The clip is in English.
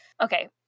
Okay